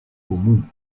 comum